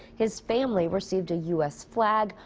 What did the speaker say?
his family received a u s flag,